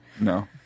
No